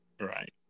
Right